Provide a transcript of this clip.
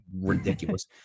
ridiculous